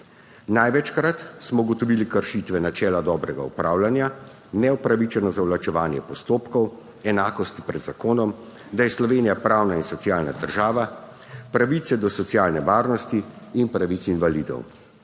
Največkrat smo ugotovili kršitve načela dobrega upravljanja, neupravičeno zavlačevanje postopkov, enakosti pred zakonom, da je Slovenija pravna in socialna država, pravice do socialne varnosti in pravic invalidov.